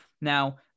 Now